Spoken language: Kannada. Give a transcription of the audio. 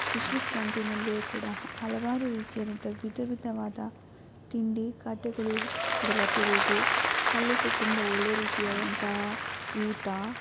ಕಿಶೋರ್ ಕ್ಯಾಂಟೀನಲ್ಲಿಯೂ ಕೂಡ ಹ ಹಲವಾರು ರೀತಿಯಾದಂಥ ವಿಧವಿಧವಾದ ತಿಂಡಿ ಖಾದ್ಯಗಳು ಕೂಡ ಲಭ್ಯವಿದೆ ಅಲ್ಲಿ ಸಹ ತುಂಬ ಒಳ್ಳೆಯ ರೀತಿಯಾದಂಥ ಊಟ